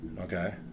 okay